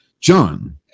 John